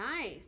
Nice